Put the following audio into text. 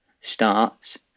starts